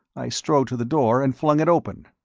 i strode to the door and flung it open.